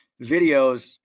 videos